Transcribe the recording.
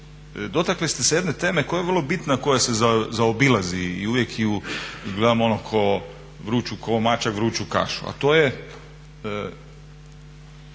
dotakli ste se jedne teme koja je vrlo bitna koja se zaobilazi i uvijek ju gledamo ono ko mačak vruću kašu, a to je